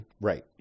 Right